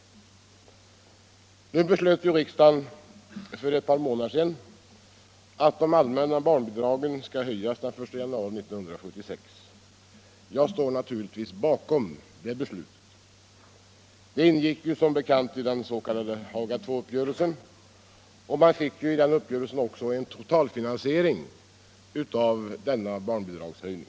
Nu beslöt ju riksdagen för ett par månader sedan att de allmänna barnbidragen skall höjas den 1 januari 1976. Jag står naturligtvis bakom det beslutet. Det ingick som bekant i den s.k. Haga II-uppgörelsen, och man fick i den uppgörelsen också en totalfinansiering av denna barnbidragshöjning.